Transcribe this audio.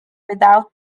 without